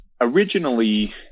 originally